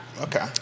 okay